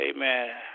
amen